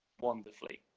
wonderfully